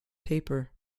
paper